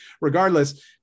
regardless